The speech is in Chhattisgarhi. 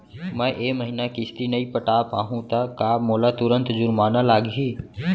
मैं ए महीना किस्ती नई पटा पाहू त का मोला तुरंत जुर्माना लागही?